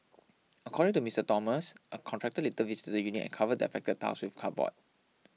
according to Miss Thomas a contractor later visited the unit and covered the affected tiles with cardboard